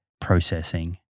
processing